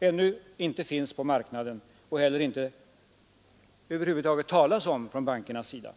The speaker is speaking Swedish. ännu inte finns på marknaden och heller inte över huvud taget talas om från bankernas sida.